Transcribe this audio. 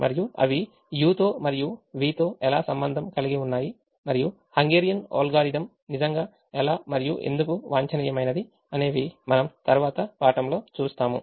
మరియు అవి u తో మరియు v తో ఎలా సంబంధం కలిగి ఉన్నాయి మరియు హంగేరియన్ అల్గోరిథం నిజంగా ఎలా మరియు ఎందుకు వాంఛనీయమైనది అనేవి మనంతర్వాతపాఠంలో చూస్తాము